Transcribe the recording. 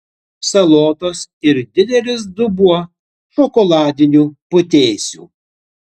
salotos ir didelis dubuo šokoladinių putėsių